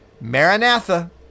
Maranatha